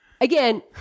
Again